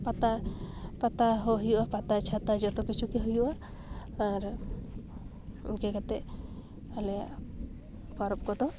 ᱯᱟᱛᱟ ᱯᱟᱛᱟᱦᱚᱸ ᱦᱩᱭᱩᱜᱼᱟ ᱯᱟᱛᱟ ᱪᱷᱟᱛᱟ ᱡᱚᱛᱚ ᱠᱤᱪᱷᱩᱜᱮ ᱦᱩᱭᱩᱜᱼᱟ ᱟᱨ ᱤᱱᱠᱟᱹ ᱠᱟᱛᱮ ᱟᱞᱮᱭᱟᱜ ᱯᱚᱨᱚᱵᱽ ᱠᱚᱫᱚ